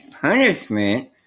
punishment